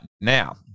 now